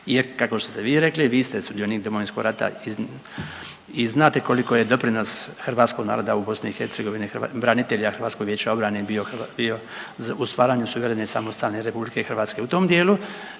kako ste vi rekli, vi ste sudionik Domovinskog rata i znate koliko je doprinos hrvatskog naroda u BiH, branitelja HVO bio, bio u stvaranju suverene i samostalne RH. U tom dijelu